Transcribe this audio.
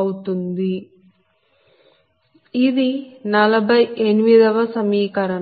అవుతుంది ఇది 48 వ సమీకరణం